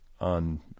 on